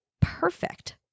perfect